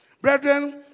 Brethren